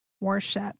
worship